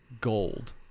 gold